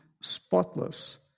spotless